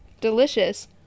delicious